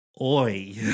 Oi